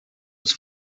was